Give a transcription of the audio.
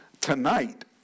tonight